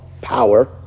power